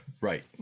Right